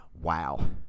Wow